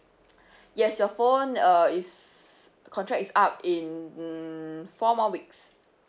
yes your phone uh its contract is up in four more weeks